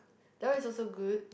that one is also good